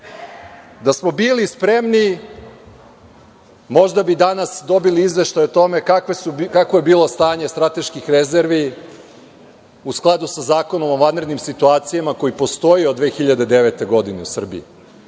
smo bili spremni možda bi danas dobili izveštaj o tome kako je bilo stanje strateških rezervi, u skladu sa Zakonom o vanrednim situacijama koji postoji od 2009. godine u Srbiji.